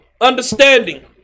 understanding